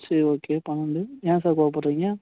சரி ஓகே பன்னிரெண்டு ஏன் சார் கோவப்படுறீங்க